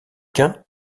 quint